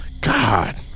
God